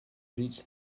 reach